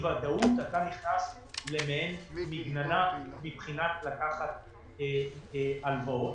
ודאות אתה נכנס למעין מגננה מבחינת לקיחת הלוואות.